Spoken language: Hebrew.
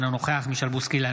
אינו נוכח מישל בוסקילה,